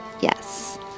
Yes